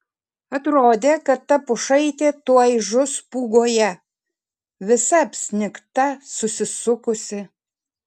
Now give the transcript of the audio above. atrodė kad ta pušaitė tuoj žus pūgoje visa apsnigta susisukusi